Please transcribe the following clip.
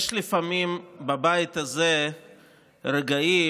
יש לפעמים בבית הזה רגעים